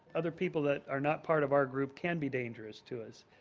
other people that are not part of our group can be dangerous to us.